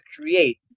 create